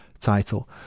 title